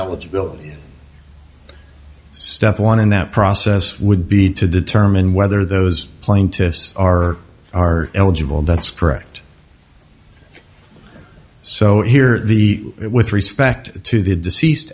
eligibility step one and that process would be to determine whether those plaintiffs are are eligible that's correct so here the with respect to the deceased